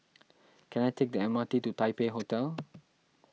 can I take the M R T to Taipei Hotel